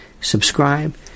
subscribe